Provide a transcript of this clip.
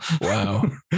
Wow